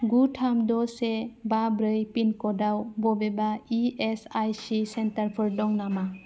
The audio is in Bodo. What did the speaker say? गु थाम द' से बा ब्रै पिनकडआव बबेबा इएसआइसि सेन्टारफोर दं नामा